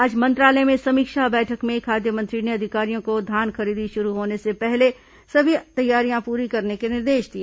आज मंत्रालय में समीक्षा बैठक में खाद्य मंत्री ने अधिकारियों को धान खरीदी शुरू होने से पहले सभी तैयारियां पूरी करने के निर्देश दिए